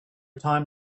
time